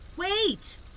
Wait